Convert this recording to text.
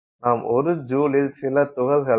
நாம் 1 ஜூலில் சில துகள்களையும்